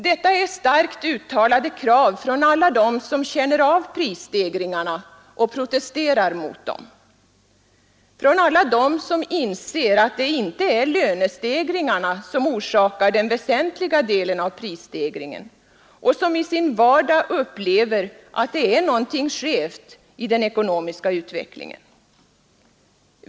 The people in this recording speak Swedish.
Detta är starkt uttalade krav från alla dem som känt av prisstegringarna och protesterar mot dem, från alla dem som inser att den väsentliga delen av prisstegringen inte är orsakad av lönestegringarna och som i sin vardag upplever att det är någonting skevt i den ekonomiska utvecklingen.